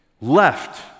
left